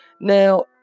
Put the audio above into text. Now